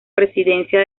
presidencia